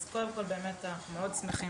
אז קודם כל באמת אנחנו מאוד שמחים.